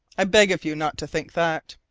i beg of you not to think that,